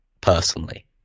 personally